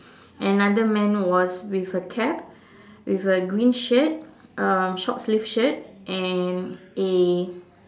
another man was with a cap with a green shirt um short sleeve shirt and a